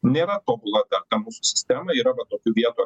nėra tobula ta ką mūsų sistema yra vat tokių vietų